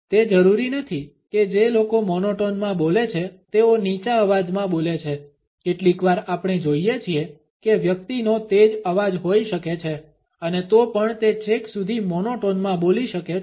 તે જરૂરી નથી કે જે લોકો મોનોટોનમાં બોલે છે તેઓ નીચા અવાજમાં બોલે છે કેટલીકવાર આપણે જોઇએ છીએ કે વ્યક્તિનો તેજ અવાજ હોઈ શકે છે અને તો પણ તે છેક સુધી મોનોટોનમાં બોલી શકે છે